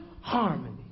harmony